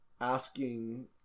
asking